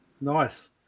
Nice